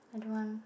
I don't want